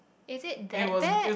is it that bad